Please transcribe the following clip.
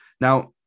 now